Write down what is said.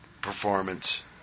performance